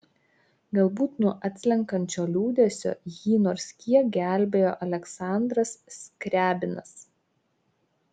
galbūt nuo atslenkančio liūdesio jį nors kiek gelbėjo aleksandras skriabinas